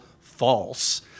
false